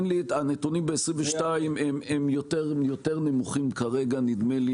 הנתונים ב-22 יותר נמוכים כרגע, נדמה לי.